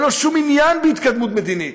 אין לו שום עניין בהתקדמות מדינית.